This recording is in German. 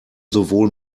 sowohl